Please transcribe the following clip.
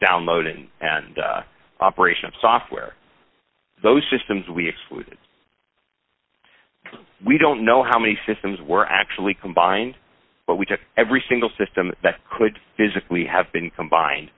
download and and operation of software those systems we excluded we don't know how many systems were actually combined but we took every single system that could physically have been combined